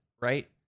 right